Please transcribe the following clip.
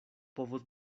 povos